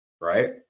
right